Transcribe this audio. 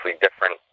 different